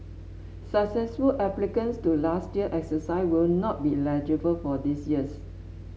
successful applicants to last year's exercise will not be eligible for this year's